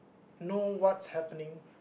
know what's happening